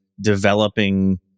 developing